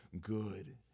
good